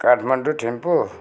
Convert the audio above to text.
Kathmandu Thimphu